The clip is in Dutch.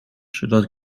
zodat